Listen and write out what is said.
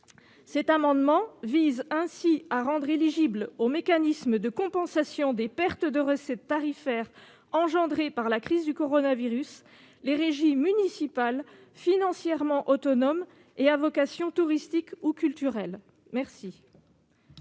cet amendement vise à rendre éligibles au mécanisme de compensation des pertes de recettes tarifaires engendrées par la crise du coronavirus les régies municipales financièrement autonomes et à vocation touristique ou culturelle. Quel